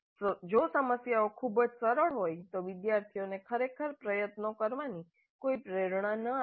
જો સમસ્યા ખૂબ જ સરળ હોય તો વિદ્યાર્થીઓને ખરેખર પ્રયત્નો કરવાની કોઈ પ્રેરણા ન આવી શકે